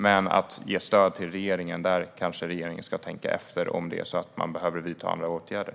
Man när det gäller stödet till den afghanska regeringen ska regeringen kanske tänka efter om man behöver vidta andra åtgärder.